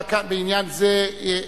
בעניין זה,